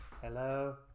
Hello